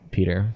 Peter